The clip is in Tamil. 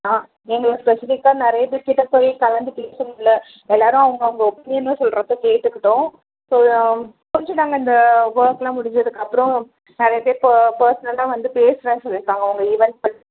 ஆ நீங்கள் ஸ்பெசிஃபிக்காக நிறைய பேர் கிட்டே போய் கலந்து பேச முடில எல்லாேரும் அவங்க அவங்க ஒப்பீனியன்னை சொல்கிறப் போது கேட்டுக்கிட்டோம் ஸோ கொஞ்சம் நாங்கள் அந்த ஒர்கெலாம் முடிஞ்சதுக்கு அப்புறம் நிறைய பேர் பர்ஸ்னல்லாக வந்து பேசுகிறேன்னு சொல்லி இருக்காங்க உங்கள் ஈவென்ட்ஸ் பற்றி